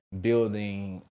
building